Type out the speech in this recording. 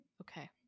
Okay